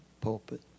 pulpit